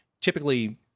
typically